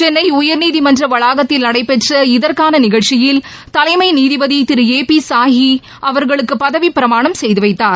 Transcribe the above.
சென்னை உயா்ரீதிமன்ற வளாகத்தில் நடைபெற்ற இதற்காள நிகழ்ச்சியில் தலைமை நீதிபதி திரு ஏ பி சிஹி அவர்களுக்கு பதவிப் பிரமாணம் செய்து வைத்தார்